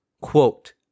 Quote